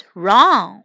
wrong